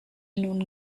nun